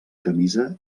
camisa